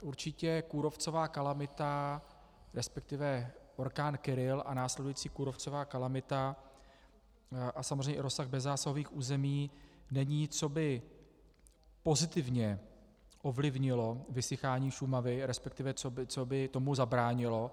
Určitě kůrovcová kalamita, respektive orkán Kyrill a následující kůrovcová kalamita a samozřejmě i rozsah bezzásahových území není, co by pozitivně ovlivnilo vysychání Šumavy, respektive co by tomu zabránilo.